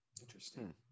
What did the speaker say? Interesting